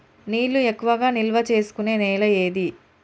నీళ్లు ఎక్కువగా నిల్వ చేసుకునే నేల ఏది?